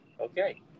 Okay